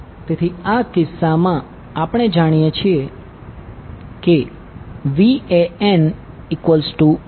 તેથી આ કિસ્સામાં આપણે જાણીએ છીએ કે VAN100∠0°VBN100∠120°VCN100∠ 120°